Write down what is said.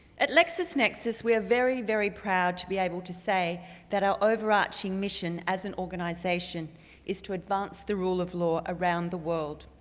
at lexisnexis we are very, very proud to be able to say that our over arching mission as an organization is to advance the rule of law around the world.